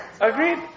Agreed